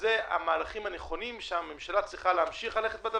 אלה המהלכים הנכונים שהממשלה צריכה להמשיך בהם